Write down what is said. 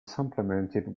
supplemented